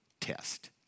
test